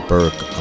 Burke